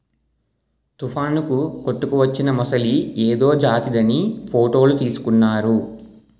తుఫానుకు కొట్టుకువచ్చిన మొసలి ఏదో జాతిదని ఫోటోలు తీసుకుంటున్నారు